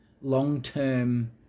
long-term